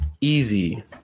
Easy